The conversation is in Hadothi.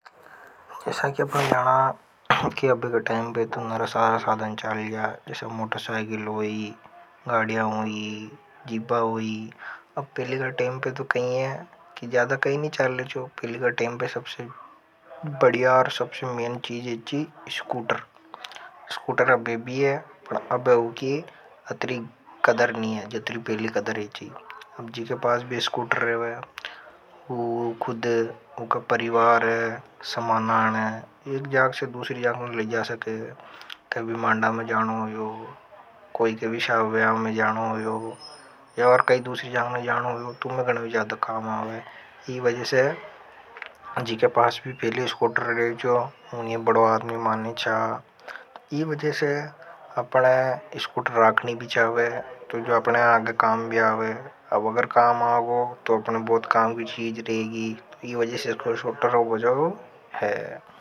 जैसा कि अपन जाना कि अब के टाइम पे तो नरा सारा साधन चाल गया, जैसा मोटरसाइकिल होई। गाड़िया होई, जिपा होई, अब पहले के टाइम पे तो कही है कि ज्यादा कही नहीं चाल जाओ। पहले के टाइम पे सबसे बढ़िया और सबसे मेन चीज है जी स्कूटर स्कूटर अब भी है। पर अब उकी अत्री कदर नि है जतरा पहले कदर हे छी। एक जाग से दूसरी जाग ले जा सके, कभी मांडा में जानो हो यो। कोई के भी शाव व्याव में जानो हो यो, या और कई दूसरी जाग में जानो हो यो। तुम्हे गणवी जादा काम आवे, इस वज़े सेजीके पास पास भी पहले स्कूटर रैंचो जो। उन्हें बड़ो आदमी माने चा इन वजह से स्कूटर होंबो जरूरी हैं।